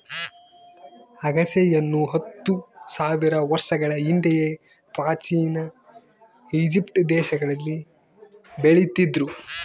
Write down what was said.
ಅಗಸೆಯನ್ನು ಹತ್ತು ಸಾವಿರ ವರ್ಷಗಳ ಹಿಂದೆಯೇ ಪ್ರಾಚೀನ ಈಜಿಪ್ಟ್ ದೇಶದಲ್ಲಿ ಬೆಳೀತಿದ್ರು